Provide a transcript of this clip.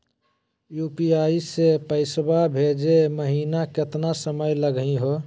UPI स पैसवा भेजै महिना केतना समय लगही हो?